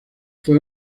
fue